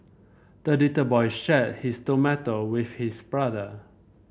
the little boy shared his tomato with his brother